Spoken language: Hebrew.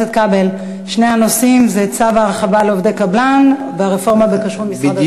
שני הנושאים הם צו ההרחבה לעובדי קבלן והרפורמה בכשרות במשרד הדתות.